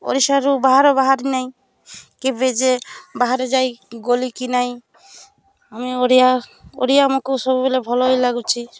ଓଡ଼ିଶାରୁ ବାହାର ବାହାରି ନାଇଁ କେବେ ଯେ ବାହାରେ ଯାଇ ଗଲିିକି ନାଇଁ ମୁଁ ଓଡ଼ିଆ ଓଡ଼ିଆ ଆମକୁ ସବୁବେଳେ ଭଲ ଲାଗୁଛି